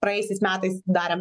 praėjusiais metais darėm